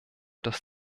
dass